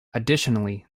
additionally